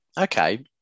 Okay